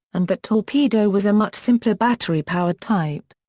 and that torpedo was a much simpler battery powered type.